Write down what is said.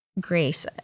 grace